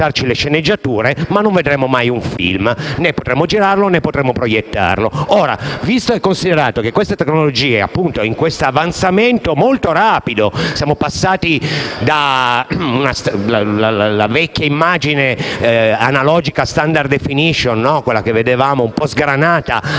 ma non vedremo mai un film, né potremo girarlo, né potremo proiettarlo. Ora, visto che queste tecnologie subiscono un avanzamento molto rapido (siamo passati dalla vecchia immagine analogica standard defini_tion, quella che vedevamo un po’ sgranata, al 4K,